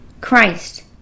Christ